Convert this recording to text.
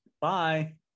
Bye